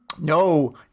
No